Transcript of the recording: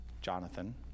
Jonathan